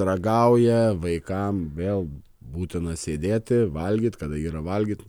ragauja vaikam vėl būtina sėdėti valgyt kada yra valgyt